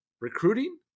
recruiting